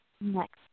next